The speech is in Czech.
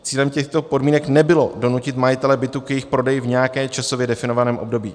Cílem těchto podmínek nebylo donutit majitele bytů k jejich prodeji v nějakém časově definovaném období.